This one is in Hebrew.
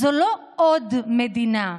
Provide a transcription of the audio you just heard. זאת לא עוד מדינה.